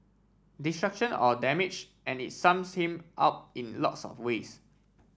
destruction or damage and it sums him up in lots of ways